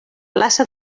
plaça